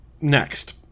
next